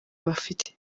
bafite